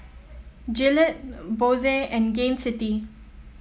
Gillette Bose and Gain City